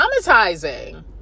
traumatizing